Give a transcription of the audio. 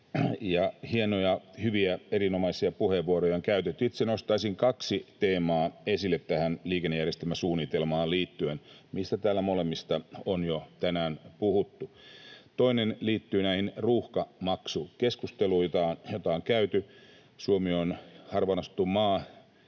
hienoja, hyviä, erinomaisia puheenvuoroja on käytetty. Itse nostaisin kaksi teemaa esille tähän liikennejärjestelmäsuunnitelmaan liittyen, joista molemmista täällä on jo tänään puhuttu. Toinen liittyy tähän ruuhkamaksukeskusteluun, jota on käyty. Suomi on harvaan asuttu maa,